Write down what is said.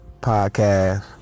Podcast